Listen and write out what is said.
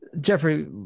Jeffrey